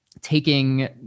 taking